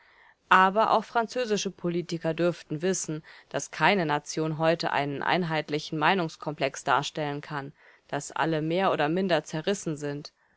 aber auch französische politiker dürften wissen daß keine nation heute einen einheitlichen meinungskomplex darstellen kann daß alle mehr oder minder zerrissen sind